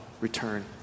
return